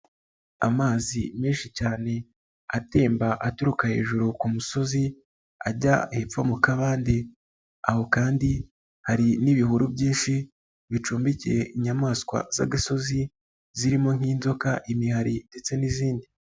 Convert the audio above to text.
Amazi menshi cyane atemba aturuka hejuru ku musozi ajya hepfo mu kabande, aho kandi hari n'ibihuru byinshi bicumbikiye inyamaswa z'agasozi zirimo nk'inzoka, imihari ndetse n'izindi.